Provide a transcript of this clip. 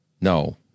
No